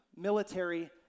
military